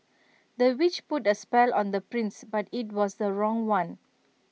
the witch put A spell on the prince but IT was the wrong one